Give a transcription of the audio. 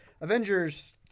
Avengers